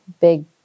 big